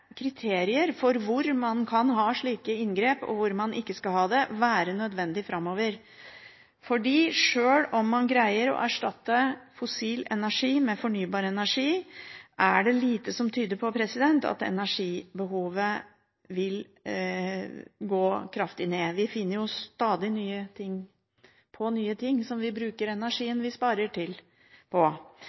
kriterier for hvor man kan ha slike inngrep, og hvor man ikke kan ha det, være nødvendig framover. For sjøl om man greier å erstatte fossil energi med fornybar energi, er det lite som tyder på at energibehovet vil gå kraftig ned. Vi finner jo stadig nye ting som vi bruker energien vi sparer, på. Man kan ha store målsettinger, og SV er med på